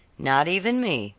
not even me,